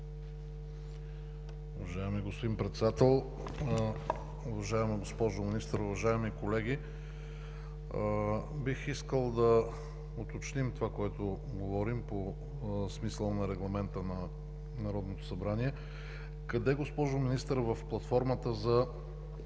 уважаема госпожо Министър, уважаеми колеги! Бих искал да уточним това, което говорим, по смисъла на регламента на Народното събрание. Къде, госпожо Министър, в платформата за